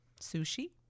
sushi